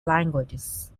languages